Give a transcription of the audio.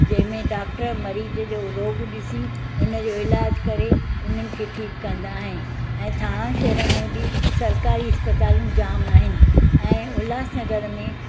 जंहिं में डाक्टर मरीज़ जो रोग ॾिसी हुनजो इलाजु करे उन्हनि खे ठीकु कंदा आहिनि ऐं थाणा शहर में बि सरकारी इस्पातालू जाम आहिनि ऐं उल्हासनगर में